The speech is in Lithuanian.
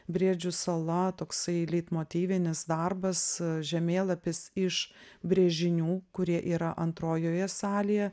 briedžių sala toksai leitmotyvinis darbas žemėlapis iš brėžinių kurie yra antrojoje salėje